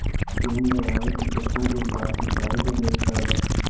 गेहूं लगावे के कितना दिन बाद सिंचाई के जरूरत पड़ो है?